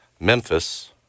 Memphis